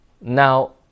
now